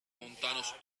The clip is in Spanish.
montanos